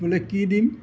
বোলে কি দিম